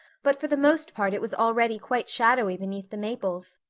but for the most part it was already quite shadowy beneath the maples,